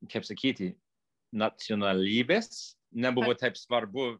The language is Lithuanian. kaip sakyti nacionalybės nebuvo taip svarbu